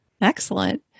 Excellent